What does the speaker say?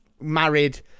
married